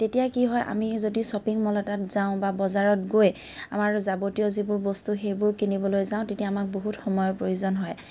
তেতিয়া কি হয় আমি যদি শ্বপিং মল এটাত যাওঁ বা বজাৰত গৈ আমাৰ যাৱতীয় যিবোৰ বস্তু সেইবোৰ কিনিবলৈ যাওঁ তেতিয়া আমাক বহুত সময়ৰ প্ৰয়োজন হয়